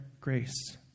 grace